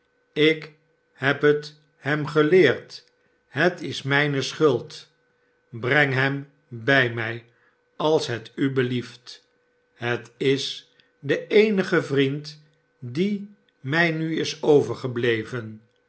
ik heb het hem geleerd het is mijne schuld breng hem bij mij als het u belieft het is de eenige vriend die mij nu is overgebleven